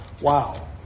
Wow